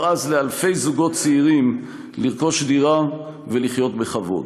אז לאלפי זוגות צעירים לרכוש דירה ולחיות בכבוד.